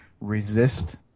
resist